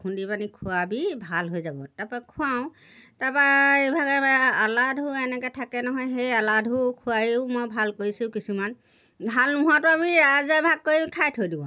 খুন্দি পানি খোৱাবি ভাল হৈ যাব তাৰপৰা খুৱাওঁ তাৰপৰা এইভাগে এলান্ধু এনেকৈ থাকে নহয় সেই এলান্ধু খুৱাইয়ো মই ভাল কৰিছোঁ কিছুমান ভাল নোহোৱাতো আমি ৰাইজে ভাগ কৰি খাই থৈ দিওঁ আৰু